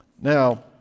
Now